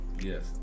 Yes